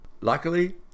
Luckily